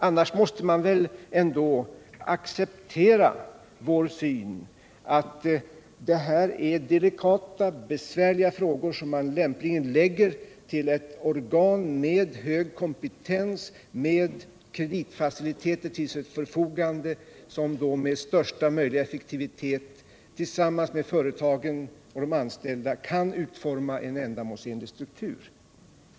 Annars måste man väl ändå acceptera vår syn att det här är delikata, besvärliga frågor som lämpligen läggs över på ett organ med hög kompetens och med kreditfaciliteter till sitt förfogande, som då med största möjliga effektivitet tillsammans med företagen och deras anställda kan utforma en ändamålsenlig struktur.